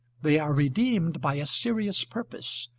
they are redeemed by a serious purpose,